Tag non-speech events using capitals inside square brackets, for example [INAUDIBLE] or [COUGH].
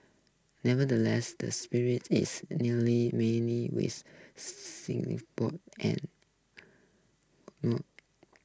nevertheless the spring is newly many with [UNINTELLIGIBLE] and [UNINTELLIGIBLE]